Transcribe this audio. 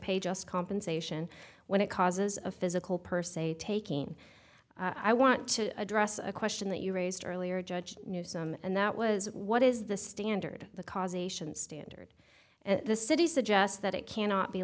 just compensation when it causes a physical per se taking i want to address a question that you raised earlier judge newsom and that was what is the standard the cause ation standard at the city suggests that it cannot be